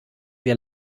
wir